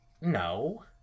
No